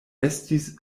estis